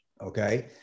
Okay